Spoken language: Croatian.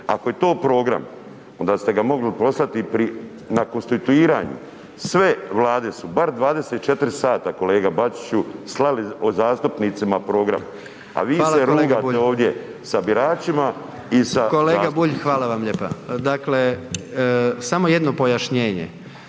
ako je to program, onda ste ga mogli poslati i na konstituiranju. Sve Vlade su bar 24 sata kolega Bačiću, slali zastupnicima program a vi se rugate ovdje sa biračima i sa zastupnicima. **Jandroković, Gordan (HDZ)** Kolega Bulj, hvala vam lijepa. Dakle, samo jedno pojašnjenje.